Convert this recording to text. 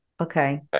Okay